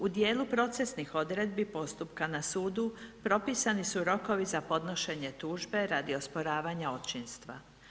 U dijelu procesnih odredbi postupka na sudu propisani su rokovi za podnošenje tužbe radi osporavanja očinstva.